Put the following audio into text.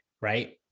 right